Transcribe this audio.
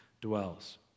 dwells